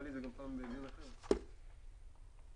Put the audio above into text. המטען מאובטח לרכב בהתאם לדרישות תקן ישראלי ת"י 6395 חלק 1